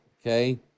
okay